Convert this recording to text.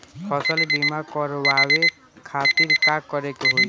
फसल बीमा करवाए खातिर का करे के होई?